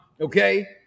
okay